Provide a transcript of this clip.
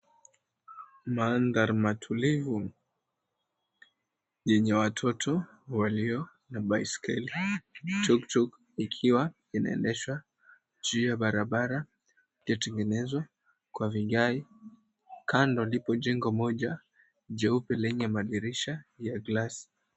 Manthari matulivu yenye watoto walio na baiskeli, tuk tuk ikiwa inaendeshwa juu ya barabara iliyotengenezwa kwa vigae, kando lipo jengo moja jeupe lenye madirisha ya glasi.